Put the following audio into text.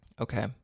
Okay